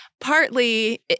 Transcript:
partly